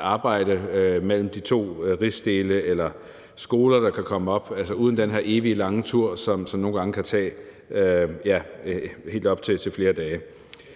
arbejde mellem de to rigsdele eller skoler, der kan komme op uden den her evige lange tur, som nogle gange kan tage helt op til flere dage.